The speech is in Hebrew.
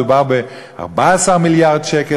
מדובר ב-14 מיליארד שקל.